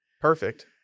Perfect